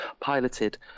piloted